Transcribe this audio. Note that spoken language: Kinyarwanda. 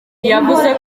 yavuze